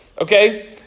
okay